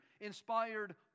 inspired